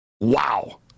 Wow